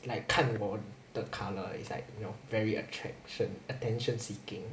like 看我的 colour is like you're very attraction attention seeking